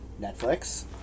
Netflix